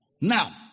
Now